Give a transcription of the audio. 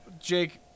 Jake